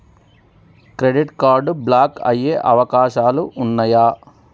Credit card block అయ్యే అవకాశాలు ఉన్నయా?